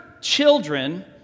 children